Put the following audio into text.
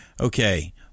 Okay